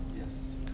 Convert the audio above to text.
Yes